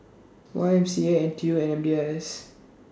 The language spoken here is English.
Y M C A N T U and B I S